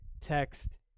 text